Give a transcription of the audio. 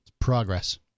progress